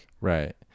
Right